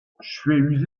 skuizhus